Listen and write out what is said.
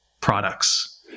products